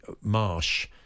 Marsh